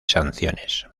sanciones